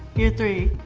year three.